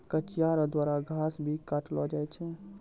कचिया रो द्वारा घास भी काटलो जाय छै